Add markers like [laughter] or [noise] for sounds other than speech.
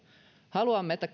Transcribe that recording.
haluamme että [unintelligible]